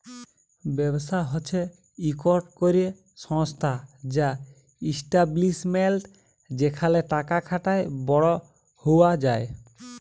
ব্যবসা হছে ইকট ক্যরে সংস্থা বা ইস্টাব্লিশমেল্ট যেখালে টাকা খাটায় বড় হউয়া যায়